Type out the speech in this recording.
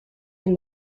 and